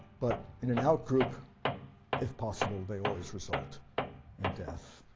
but in an out-group if possible they always result in death.